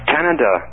Canada